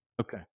Okay